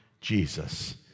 Jesus